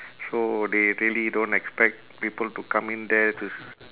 so they really don't expect people to come in there to s~